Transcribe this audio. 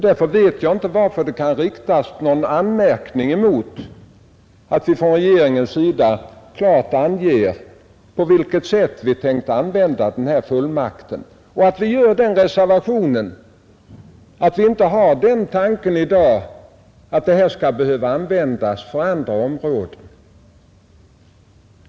Därför vet jag inte varför det skulle kunna riktas någon anmärkning mot att vi från regeringens sida klart anger, på vilket sätt vi tänkt använda denna fullmakt, och att vi gör reservationen, att vi inte har den tanken i dag att en sådan här fullmakt skall behöva användas för andra områden.